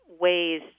ways